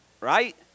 right